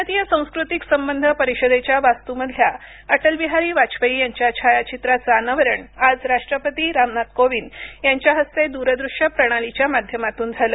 भारतीय सांस्कृतिक संबध परिषदेच्या वास्तूमधल्या अटलबिहारी वाजपेयी यांच्या छायाचित्राचं अनावरण आज राष्ट्रपती रामनाथ कोविंद यांच्या हस्ते दूरदृष्य प्रणालीच्या माध्यमातून झालं